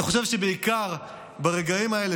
אני חושב שבעיקר ברגעים האלה,